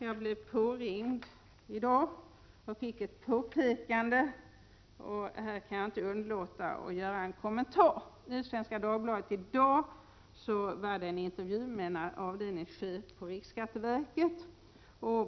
Jag blev uppringd och fick ett påpekande, och jag kan inte underlåta att göra en kommentar. I Svenska Dagbladet i dag finns en intervju med en avdelningschef på riksskatteverket.